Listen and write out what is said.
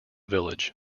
village